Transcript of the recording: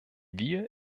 wir